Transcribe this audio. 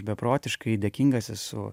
beprotiškai dėkingas esu